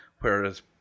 whereas